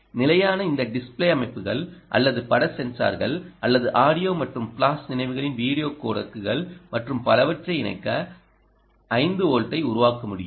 நிலையான இந்த டிஸ்ப்ளே அமைப்புகள் அல்லது பட சென்சார்கள் அல்லது ஆடியோ மற்றும் ஃபிளாஷ் நினைவுகளின் வீடியோ கோடெக்குகள் மற்றும் பலவற்றைஇணைக்க 5 வோல்ட்டை உருவாக்க முடியும்